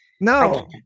No